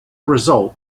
result